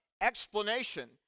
explanation